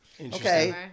Okay